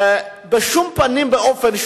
בשום פנים ואופן,